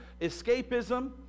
escapism